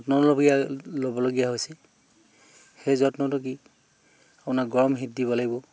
যত্ন ল'ব ল'বলগীয়া হৈছে সেই যত্নটো কি আপোনাৰ গৰম শিত দিব লাগিব